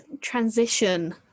transition